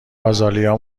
آزالیا